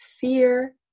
fear